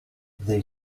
they